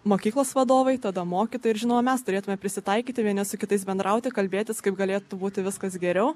mokyklos vadovai tada mokytojai ir žinoma mes turėtume prisitaikyti vieni su kitais bendrauti kalbėtis kaip galėtų būti viskas geriau